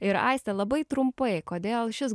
ir aiste labai trumpai kodėl šis